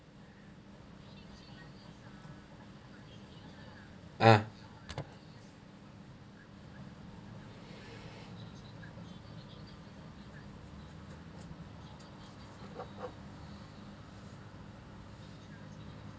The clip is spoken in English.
ah